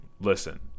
listen